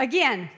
Again